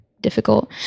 difficult